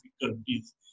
difficulties